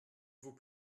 vous